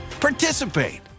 participate